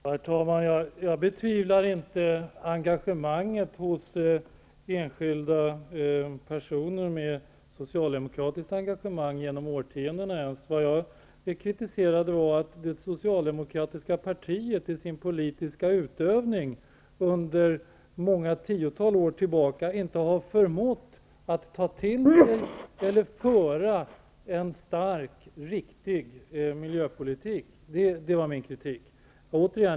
Herr talman! Jag betvivlar inte engagemanget hos enskilda personer med socialdemokratisk hemvist, ens genom årtiondena. Vad jag kritiserade var att det socialdemokratiska partiet i sin politiska utövning under många tiotal år inte har förmått att ta till sig eller föra en stark och riktig miljöpolitik. Det var min kritik.